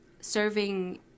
serving